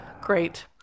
Great